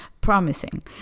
promising